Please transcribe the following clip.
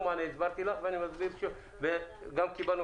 הסברתי לך ואני מסביר שוב וגם קיבלנו